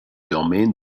domaine